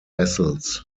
vessels